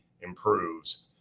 improves